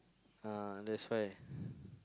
ah that's why